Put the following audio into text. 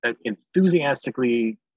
enthusiastically